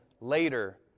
later